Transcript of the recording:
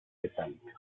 metálicas